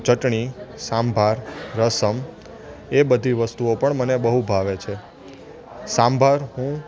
ચટણી સાંભાર રસમ એ બધી વસ્તુઓ પણ મને બહુ ભાવે છે સાંભાર હું